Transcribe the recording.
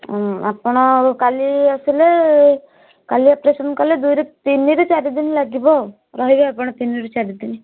ଅଁ ଆପଣ କାଲି ଆସିଲେ କାଲି ଅପରେସନ୍ କଲେ ଦୁଇ ରୁ ତିନି ରୁ ଚାରି ଦିନ ଲାଗିବ ଆଉ ରହିବେ ଆପଣ ତିନି ରୁ ଚାରି ଦିନ